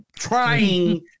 Trying